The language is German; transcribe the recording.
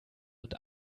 und